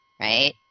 right